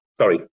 Sorry